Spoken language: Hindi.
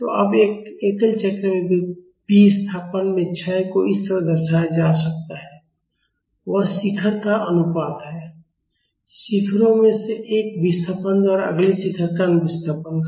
तो अब एक एकल चक्र में विस्थापन में क्षय को इस तरह दर्शाया जा सकता है वह शिखर का अनुपात है शिखरयों में से एक विस्थापन द्वारा अगले शिखर का विस्थापन का